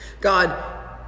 God